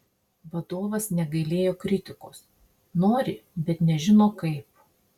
vadovas negailėjo kritikos nori bet nežino kaip